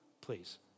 Please